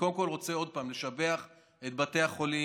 קודם כול, אני רוצה עוד פעם לשבח את בתי החולים